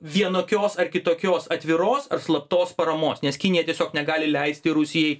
vienokios ar kitokios atviros ar slaptos paramos nes kinija tiesiog negali leisti rusijai